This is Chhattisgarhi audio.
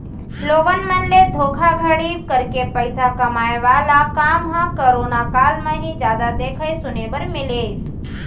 लोगन मन ले धोखाघड़ी करके पइसा कमाए वाला काम ह करोना काल म ही जादा देखे सुने बर मिलिस